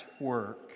work